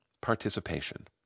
participation